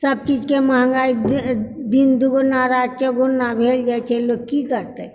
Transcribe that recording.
सभकिछुके महँगाइ दि दिन दुगुना राति चौगुना भेल जाइ छै लोक की करतै